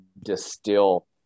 distill